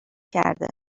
کرده